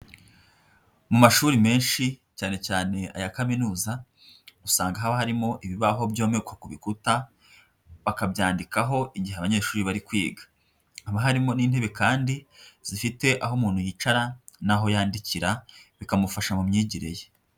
Mu mashuri menshi cyane cyane aya kaminuza, usanga haba harimo ibibaho byomekwa ku bikuta, bakabyandikaho igihe abanyeshuri bari kwiga, haba harimo n'intebe kandi zifite aho umuntu yicara n'aho yandikira, bikamufasha mu myigire ye.